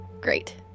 great